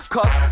Cause